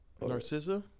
Narcissa